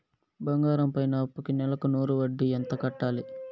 బంగారం పైన అప్పుకి నెలకు నూరు వడ్డీ ఎంత కట్టాలి?